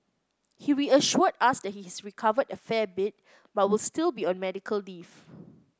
he reassured us that he has recovered a fair bit but will still be on medical leave